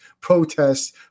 protests